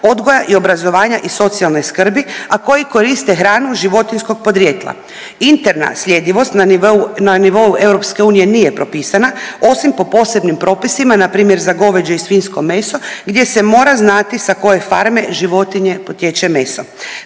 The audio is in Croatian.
odgoja i obrazovanja i socijalne skrbi, a koji koriste hranu životinjskog podrijetla. Interna sljedivost na nivou, na nivou EU nije propisana osim po posebnim propisima npr. za goveđe i svinjsko meso gdje se mora znati sa koje farme životinje potječe meso.